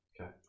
Okay